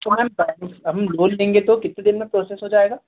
तो मैम हम लोन लेंगे तो कितने दिन में प्रोसेस हो जाएगा